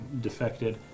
defected